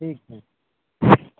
ठीक